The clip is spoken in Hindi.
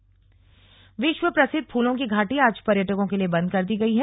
फूलों की घाटी विश्व प्रसिद्ध फूलों की घाटी आज पर्यटकों के लिए बंद कर दी गई है